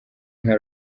nka